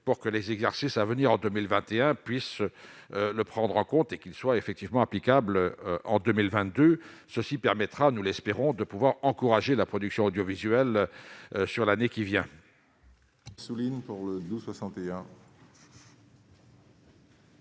pour que les exercices à venir en 2021 puissent le prendre en compte et qu'ils soient effectivement applicables en 2022 ceci permettra, nous l'espérons, de pouvoir encourager la production audiovisuelle, sur l'année qui vient.